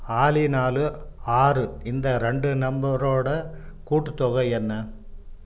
ஆலி நாலு ஆறு இந்த ரெண்டு நம்பரோட கூட்டுத்தொகை என்ன